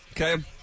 okay